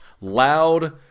Loud